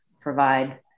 provide